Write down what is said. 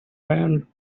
man